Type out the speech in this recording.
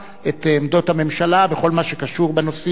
עמדות הממשלה בכל הקשור בנושאים האלה,